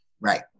Right